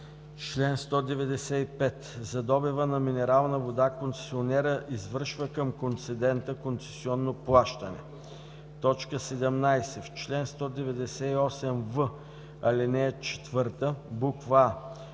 „Чл. 195. За добива на минерална вода концесионерът извършва към концедента концесионно плащане.“ 17. В чл. 198в, ал. 4: а) в т.